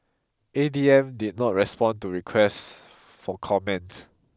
A D M did not respond to requests for comment